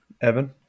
Evan